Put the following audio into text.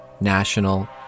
national